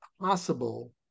possible